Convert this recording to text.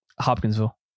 Hopkinsville